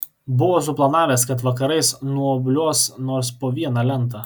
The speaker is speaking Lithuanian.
buvo suplanavęs kad vakarais nuobliuos nors po vieną lentą